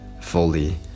fully